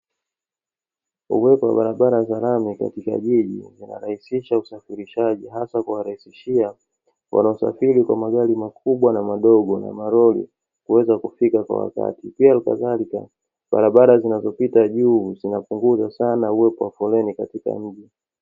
Uwepo wa barabara za lami katika jiji ina rahisisha usafirishaji, hasa kuwarahisishia wanaosafiri kwa magari makubwa na madogo, na malori kuweza kufika kwa wakati. Pia, hali kadhalika barabara zinazopita juu zinapunguza sana uwepo wa foleni katika mji.